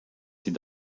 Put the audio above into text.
sie